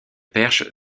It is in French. perche